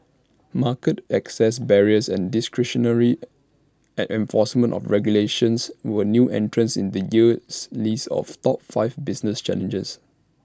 market access barriers and discretionary at enforcement of regulations were new entrants in this year's list of top five business challenges